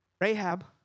Rahab